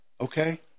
okay